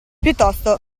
piuttosto